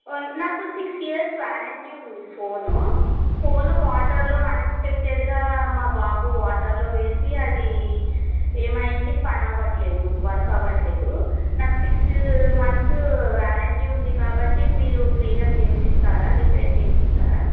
నాకు six years warranty ఉంది phone phone వాటర్లో అన్ఎక్స్పెక్టెడ్గా మా బాబు వాటర్లో వేసి అది ఏమైంది పని అవ్వట్లేదు వర్క్ అవ్వట్లేదు నాకు సిక్స్ మంత్స్ వ్యారంటీ ఉంది కాబట్టి మీరు ఫ్రీగా చేసిస్తారా రిపేర్ చేసిస్తారా